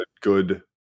good